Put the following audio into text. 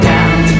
Down